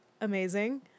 Amazing